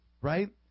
right